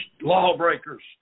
lawbreakers